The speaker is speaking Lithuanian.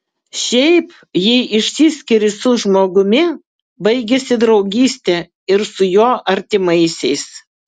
šiaip jei išsiskiri su žmogumi baigiasi draugystė ir su jo artimaisiais